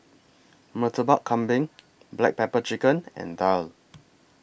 Murtabak Kambing Black Pepper Chicken and Daal